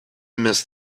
miss